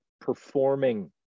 performing